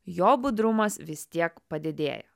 jo budrumas vis tiek padidėja